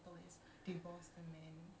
correct ya ya